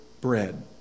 bread